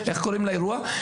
איך קוראים לאירוע?